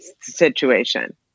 situation